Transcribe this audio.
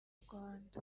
rwanda